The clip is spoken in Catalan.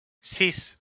sis